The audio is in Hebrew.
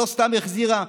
ולא סתם החזירה,